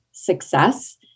success